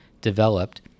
developed